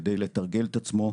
כדי לתרגל את עצמו,